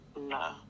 no